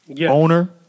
owner